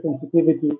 sensitivity